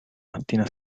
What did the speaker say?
mattina